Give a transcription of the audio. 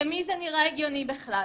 למי זה נראה הגיוני בכלל?